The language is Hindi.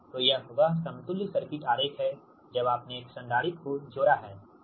तो यह वह समतुल्य सर्किट आरेख है जब आपने एक संधारित्र को जोड़ा हैं